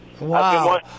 Wow